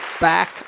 back